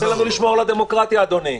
תן לנו לשמור על הדמוקרטיה, אדוני.